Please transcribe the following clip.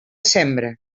sembre